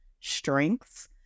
strengths